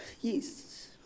yes